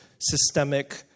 systemic